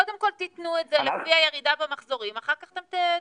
קודם כל תנו את זה לפי הירידה במחזורים ואחר כך אתם תתחשבנו.